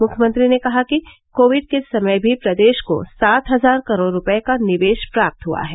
मुख्यमंत्री ने कहा कि कोविड के समय भी प्रदेश को सात हजार करोड़ रूपये का निवेश प्राप्त हुआ है